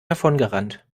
davongerannt